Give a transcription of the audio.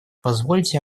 позвольте